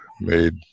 made